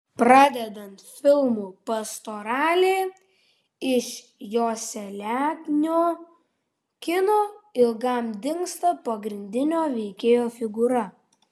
pradedant filmu pastoralė iš joselianio kino ilgam dingsta pagrindinio veikėjo figūra